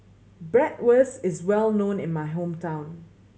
bratwurst is well known in my hometown